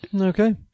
Okay